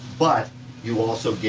but you also